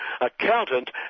accountant